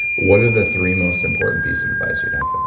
what are the three most important pieces of advice you'd have